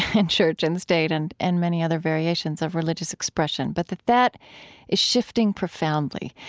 and church, and state, and and many other variations of religious expression, but that that is shifting profoundly.